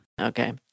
Okay